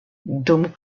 dum